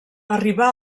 arribà